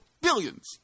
Billions